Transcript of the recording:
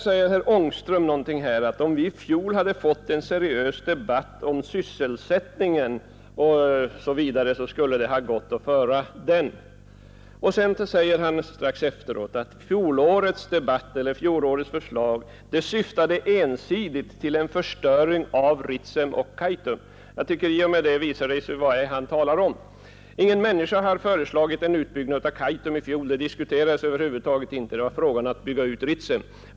Sedan säger herr Ångström att om det i fjol hade förts en seriös debatt om sysselsättningen, skulle läget ha varit ett annat. Strax efteråt säger han att fjolårets förslag ensidigt syftade till en förstöring av Ritsem och Kaitum. Detta visar enligt min uppfattning vad det är han talar om. Ingen talade i fjol om en utbyggnad av Kaitum utan det var fråga om att bygga ut Ritsem.